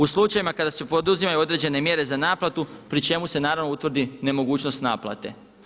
U slučajevima kada se poduzimaju određene mjere za naplatu pri čemu se naravno utvrdi nemogućnost naplate.